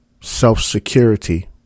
self-security